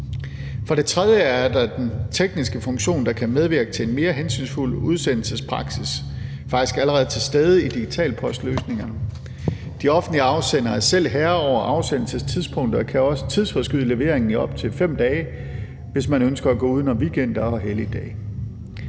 For det tredje er den tekniske funktion, der kan medvirke til en mere hensynsfuld udsendelsespraksis, faktisk allerede til stede i digital post-løsningerne. De offentlige afsendere er selv herre over afsendelsestidspunktet og kan også tidsforskyde leveringen i op til 5 dage, hvis man ønsker at gå uden om weekender og helligdage.